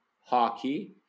hockey